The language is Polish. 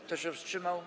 Kto się wstrzymał?